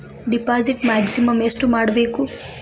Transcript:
Deposit maximum ಎಷ್ಟು ಮಾಡಬೇಕು?